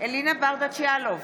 אלינה ברדץ' יאלוב,